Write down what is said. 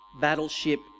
battleship